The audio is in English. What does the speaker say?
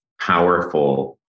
powerful